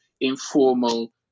informal